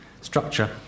structure